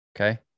Okay